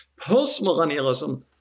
Postmillennialism